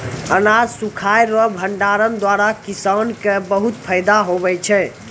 अनाज सुखाय रो भंडारण द्वारा किसान के बहुत फैदा हुवै छै